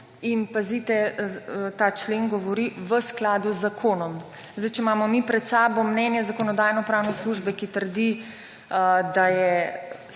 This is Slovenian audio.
In pazite, ta člen govori v skladu z zakonom. Zdaj, če imamo mi pred samo mnenje Zakonodajno-pravne službe, ki trdi, da je